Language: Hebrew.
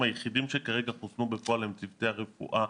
היחידים שכרגע חוסנו בפועל הם צוותי הרפואה